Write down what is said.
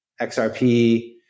XRP